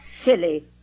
silly